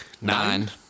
nine